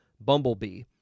Bumblebee